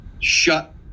shut